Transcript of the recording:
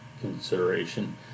consideration